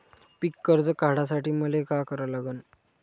पिक कर्ज काढासाठी मले का करा लागन?